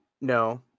no